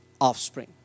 offspring